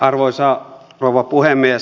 arvoisa rouva puhemies